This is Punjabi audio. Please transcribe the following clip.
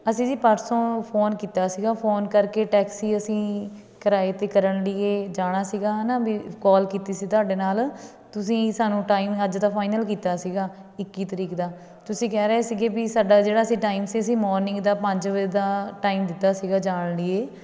ਅਸੀਂ ਜੀ ਪਰਸੋਂ ਫੋਨ ਕੀਤਾ ਸੀਗਾ ਫੋਨ ਕਰਕੇ ਟੈਕਸੀ ਅਸੀਂ ਕਿਰਾਏ 'ਤੇ ਕਰਨ ਲਈ ਜਾਣਾ ਸੀਗਾ ਹੈ ਨਾ ਵੀ ਕੋਲ ਕੀਤੀ ਸੀ ਤੁਹਾਡੇ ਨਾਲ ਤੁਸੀਂ ਸਾਨੂੰ ਟਾਈਮ ਅੱਜ ਦਾ ਫਾਈਨਲ ਕੀਤਾ ਸੀਗਾ ਇੱਕੀ ਤਰੀਕ ਦਾ ਤੁਸੀਂ ਕਹਿ ਰਹੇ ਸੀਗੇ ਵੀ ਸਾਡਾ ਜਿਹੜਾ ਅਸੀਂ ਟਾਈਮ ਅਸੀਂ ਮੋਰਨਿੰਗ ਦਾ ਪੰਜ ਵਜੇ ਦਾ ਟਾਈਮ ਦਿੱਤਾ ਸੀਗਾ ਜਾਣ ਲਈ